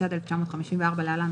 התשי"ד-1954 (להלן,